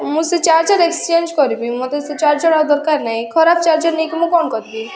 ମୁଁ ସେ charger exchange କରିବି ମୋତେ ସେ ଚାର୍ଜର୍ ଆଉ ଦରକାର ନାହିଁ ଖରାପ ଚାର୍ଜର୍ ନେଇକି ମୁଁ କ'ଣ କରିବି